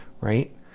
right